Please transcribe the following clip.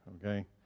okay